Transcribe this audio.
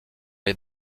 les